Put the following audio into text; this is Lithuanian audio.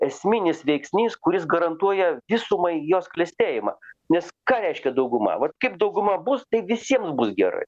esminis veiksnys kuris garantuoja visumai jos klestėjimą nes ką reiškia dauguma vat kaip dauguma bus tai visiems bus gerai